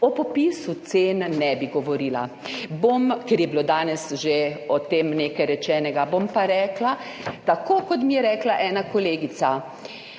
O popisu cen ne bi govorila, ker je bilo danes o tem že nekaj rečenega, bom pa rekla tako, kot mi je rekla ena kolegica: